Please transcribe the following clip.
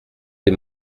des